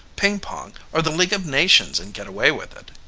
ping-pong, or the league of nations and get away with it.